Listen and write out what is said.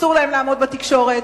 אסור להם לעמוד בתקשורת,